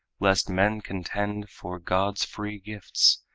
lest men contend for god's free gifts,